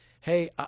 hey